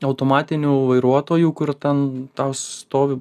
automatinių vairuotojų kur ten stovi